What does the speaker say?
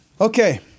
Okay